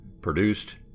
produced